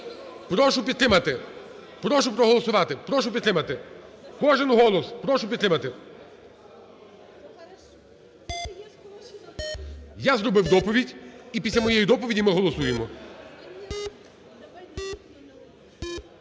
прошу підтримати. Прошу проголосувати, прошу підтримати. Кожен голос. Прошу підтримати. Я зробив доповідь, і після моєї доповіді ми голосуємо.